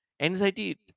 Anxiety